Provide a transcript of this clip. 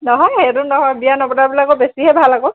নহয় সেইটো নহয় বিয়া নপতাবিলাকৰ বেছিহে ভাল আকৌ